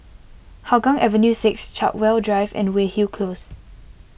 Hougang Avenue six Chartwell Drive and Weyhill Close